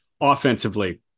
Offensively